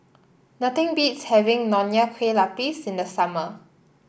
nothing beats having Nonya Kueh Lapis in the summer